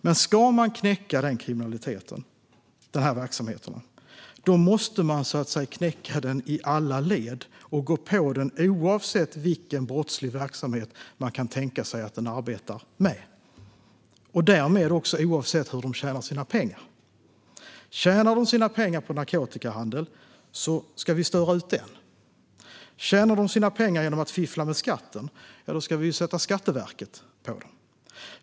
Men ska man knäcka den kriminaliteten och de här verksamheterna måste man göra det i alla led. Man måste gå på den oavsett vilken brottslig verksamhet man kan tänka sig att de kriminella arbetar med och därmed också oavsett hur de tjänar sina pengar. Tjänar de sina pengar på narkotikahandel ska vi störa ut den. Tjänar de sina pengar genom att fiffla med skatten ska vi sätta Skatteverket på dem.